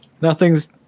Nothing's